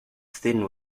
thin